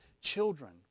children